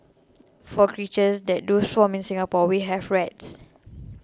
for creatures that do swarm in Singapore we have rats